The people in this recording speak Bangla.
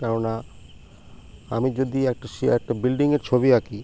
কেননা আমি যদি একটা সে একটা বিল্ডিংয়ের ছবি আঁকি